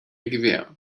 gewähr